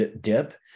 dip